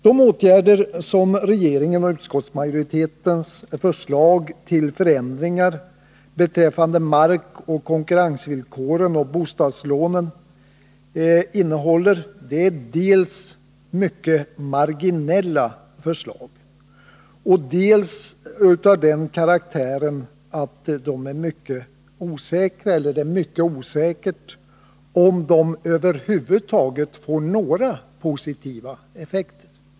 De åtgärder som regeringens och utskottsmajoritetens förslag till förändringar beträffande markoch konkurrensvillkoren och bostadslånen innehåller är dels mycket marginella, dels av den karaktären att det är mycket osäkert om de över huvud taget får några positiva effekter.